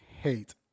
hate